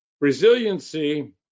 Resiliency